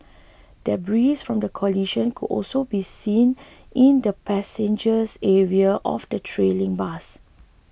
debris from the collision could also be seen in the passengers area of the trailing bus